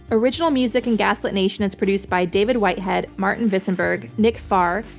original music in gaslit nation is produced by david whitehead, martin visenberg, nick farr,